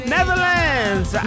Netherlands